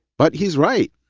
but he's right,